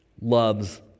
loves